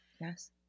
Yes